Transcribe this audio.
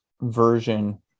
version